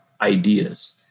ideas